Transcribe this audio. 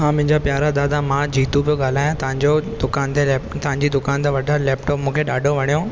हा मुंहिंजा प्यारा दादा मां जीतू पियो ॻालाहायां तव्हांजो दुकान ते लेप तव्हांजी दुकान तां वठल लैपटॉप मूंखे ॾाढो वणियो